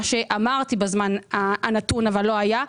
מה שאמרתי בזמן הנתון אבל לא היה.